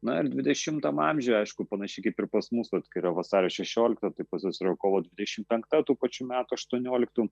na ir dvidešimtam amžiuj aišku panašiai kaip ir pas mus vat kai yra vasario šešiolikta tai pas juos yra kovo dvidešimt penkta tų pačių metų aštuonioliktų